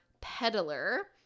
peddler